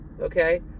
Okay